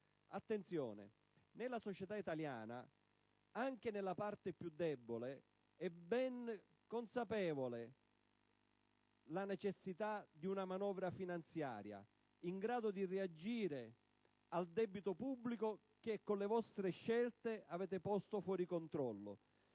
Attenzione: nella società italiana, anche nella parte più debole, è ben presente la consapevolezza della necessità di una manovra finanziaria in grado di reagire al debito pubblico che con le vostre scelte avete posto fuori controllo,